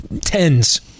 tens